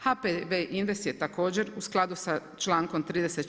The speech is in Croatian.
HPB Invest je također u skladu sa člankom 34.